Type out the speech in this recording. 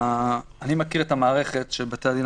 אני מכיר את מערכת שיר"ה של בתי הדיינים